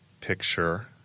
picture